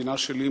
המדינה שלי,